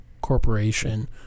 Corporation